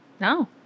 no